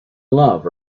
love